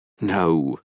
No